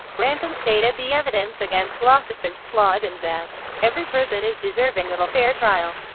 branson stated the evidence against glossip is flawed and that every person is deserving of a fair trial,